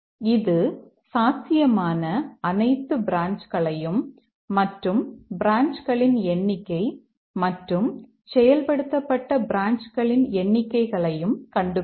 இது சாத்தியமான அனைத்து பிரான்ச்களையும் மற்றும் பிரான்ச்களின் எண்ணிக்கை மற்றும் செயல்படுத்தப்பட்ட பிரான்ச்களின் எண்ணிக்கைகளையும் கண்டுபிடிக்கும்